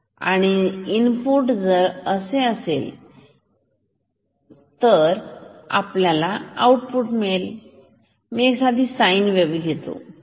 समजा इनपुट कसे असेल हे आहे इनपुट हे आउटपुट मी एक साईंन वेव्ह घेते ठीक